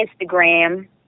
Instagram